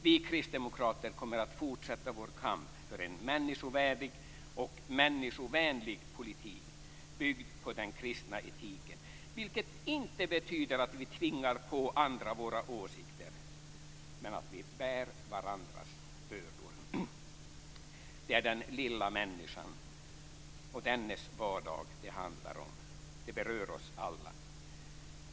Vi kristdemokrater kommer att fortsätta vår kamp för en människovärdig och människovänlig politik, byggd på den kristna etiken, vilket inte betyder att vi tvingar på andra våra åsikter men att vi bär varandras bördor. Det är den lilla människan och dennes vardag det handlar om. Det berör oss alla.